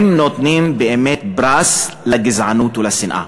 הם נותנים באמת פרס לגזענות ולשנאה.